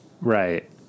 Right